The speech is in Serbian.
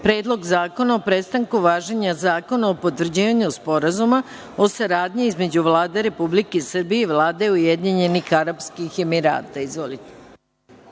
Predlog zakona o prestanku važenja Zakona o potvrđivanju Sporazuma o saradnji između Vlade Republike Srbije i Vlade Ujedinjenih Arapskih